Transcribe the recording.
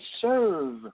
serve